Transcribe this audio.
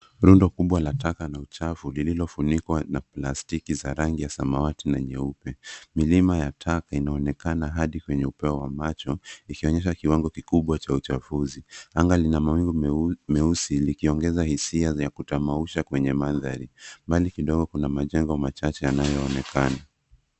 Rundo kubwa taka na uchafu, lililofu na plastiki za rangi ya samawati na nyeupe. Milima ya taka inaonekana hadi kwenye upeo wa macho, ikionyesha kiwango kikubwa cha uchafuzi. Anga lina mawingu meusi, likiongeza hisia ya kutamausha kwenye mandhari. Mbali kidogo kuna majengo machache yanayoonekana.